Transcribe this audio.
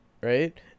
right